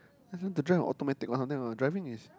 ask them to drive an automatic one driving is